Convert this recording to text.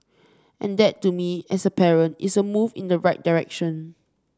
and that to me as a parent is a move in the right direction